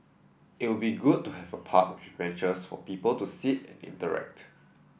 it would be good to have a park with benches for people to sit and interact